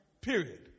Period